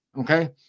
Okay